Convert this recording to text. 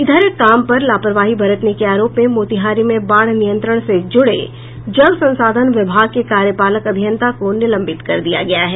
इधर काम पर लापरवाही बरतने के आरोप में मोतिहारी में बाढ़ नियंत्रण से जुड़े जल संसाधान विभाग के कार्यपालक अभियंता को निलंबित कर दिया गया है